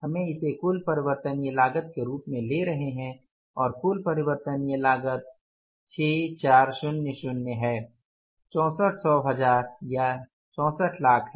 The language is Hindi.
हम इसे कुल परिवर्तनीय लागत के रूप में ले रहे हैं और कुल परिवर्तनीय लागत 6400 है 64 सौ हजार या 64 लाख है